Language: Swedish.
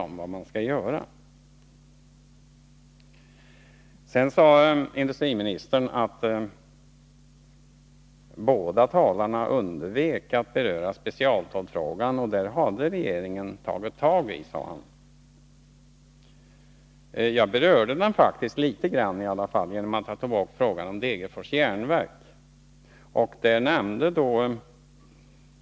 Indstriministern sade också att både jag och Bengt Wittbom undvek att beröra specialstålsfrågan, och den hade regeringen gripit sig an. Men jag berörde den faktiskt litet genom att jag tog upp frågan om Degerfors järnverk.